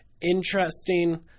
interesting